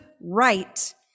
right